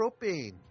propane